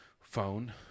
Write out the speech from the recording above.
phone